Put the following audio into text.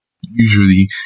usually